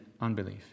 unbelief